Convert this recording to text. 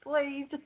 please